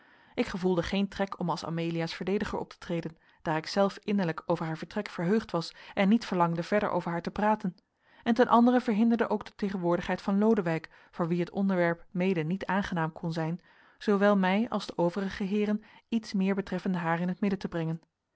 ik gevoelde geen trek om als amelia's verdediger op te treden daar ik zelf innerlijk over haar vertrek verheugd was en niet verlangde verder over haar te praten en ten andere verhinderde ook de tegenwoordigheid van lodewijk voor wien het onderwerp mede niet aangenaam kon zijn zoowel mij als de overige heeren iets meer betreffende haar in t midden te brengen